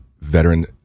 veteran